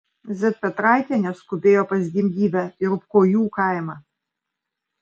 z petraitienė skubėjo pas gimdyvę į ropkojų kaimą